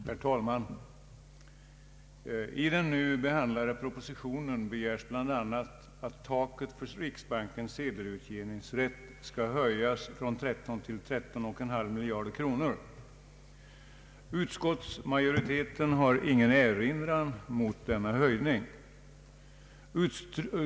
Herr talman! I den nu behandlade propositionen begärs bl.a. att taket för riksbankens sedelutgivningsrätt skall höjas från 13 till 13,5 miljarder kronor. Utskottsmajoriteten har ingen erinran mot denna höjning.